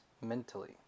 mentally